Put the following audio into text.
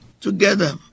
together